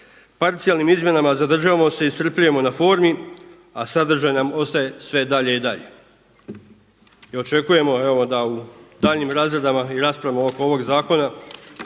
Parcijalnim izmjenama zadržavamo se iscrpljujemo na formi, a sadržaj nam ostaje sve dalje i dalje. I očekujemo evo da u daljnjim razradama i raspravama oko ovog zakona